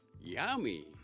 Yummy